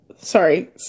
sorry